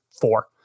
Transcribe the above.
four